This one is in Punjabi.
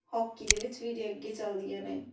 ਹੋਕੀ ਦੇ ਵਿੱਚ ਵੀ ਜੇ ਅੱਗੇ ਚੱਲਦੀਆਂ ਨੇ